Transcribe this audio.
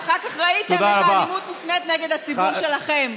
ואחר כך ראיתם איך האלימות מופנית נגד הציבור שלכם.